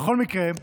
בכל מקרה,